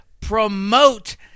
promote